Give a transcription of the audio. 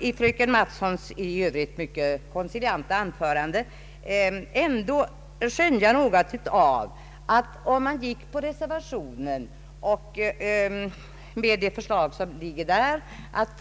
I fröken Mattsons i övrigt mycket koncilianta anförande tyckte jag mig ändå skönja någonting av att om man gick på reservationens linje med dess yrkande om att